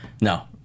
No